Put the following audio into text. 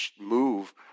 move